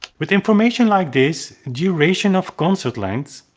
with information like this, duration of concert lengths,